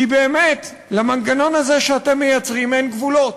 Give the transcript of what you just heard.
כי באמת למנגנון הזה שאתם מייצרים אין גבולות.